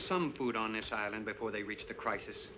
some food on this island before they reach the crisis